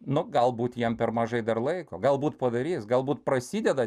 nu galbūt jiem per mažai dar laiko galbūt padarys galbūt prasideda